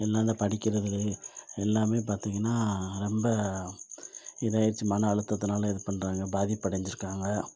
எல்லாம் இந்த படிக்கிறது எல்லாமே பார்த்தீங்கனா ரொம்ப இதாயிடுச்சு மன அழுத்தத்தினால இது பண்ணுறாங்க பாதிப்படைஞ்சிருக்காங்க